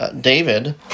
David